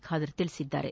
ಖಾದರ್ ತಿಳಿಸಿದ್ದಾರೆ